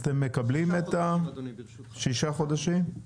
אז אתם מקבלים את הששה חודשים?